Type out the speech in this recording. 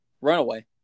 Runaway